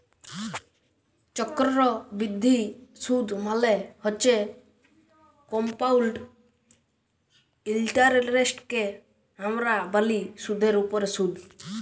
চক্করবিদ্ধি সুদ মালে হছে কমপাউল্ড ইলটারেস্টকে আমরা ব্যলি সুদের উপরে সুদ